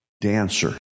dancer